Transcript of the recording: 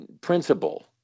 principle